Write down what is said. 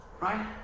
right